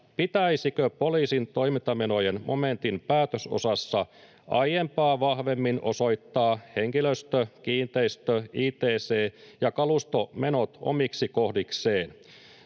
pitäisikö poliisin toimintamenojen momentin päätösosassa aiempaa vahvemmin osoittaa henkilöstö‑, kiinteistö‑, ict- ja kalustomenot omiksi kohdikseen.